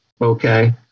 okay